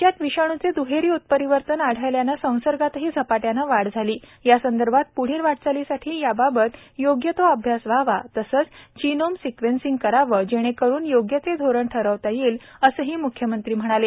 राज्यात विषाणूचे दुहेरी उत्परिवर्तन आढळल्याने संसर्गातही झपाट्याने वाढ झाली यासंदर्भात प्ढील वाटचालीसाठी याबात योग्य तो अभ्यास व्हावा तसेच जिनोम सिक्वेन्सिंग करावे जेणे करून योग्य ते धोरण ठरवता येईल असेही म्ख्यमंत्री म्हणाले